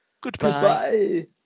Goodbye